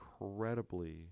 incredibly